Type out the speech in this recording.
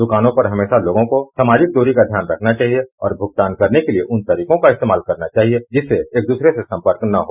दुकानों पर हमेशा लोगों को सामाजिक दूरी का ध्यान रखना चाहिए और भुगतान करने के लिए उन तरीकों का इस्तेमाल करना चाहिए जिससे एक दूसरे से संपर्क न हो